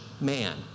man